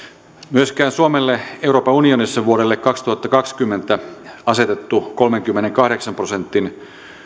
myöskään suomelle euroopan unionissa vuodelle kaksituhattakaksikymmentä asetettu kolmenkymmenenkahdeksan prosentin